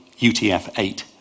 UTF-8